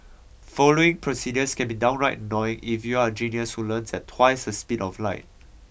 following procedures can be downright annoying if you're a genius who learns at twice the speed of light